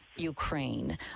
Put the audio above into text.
Ukraine